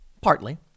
partly